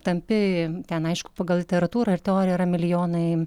tampi ten aišku pagal literatūrą ir teoriją yra milijonai